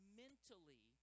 mentally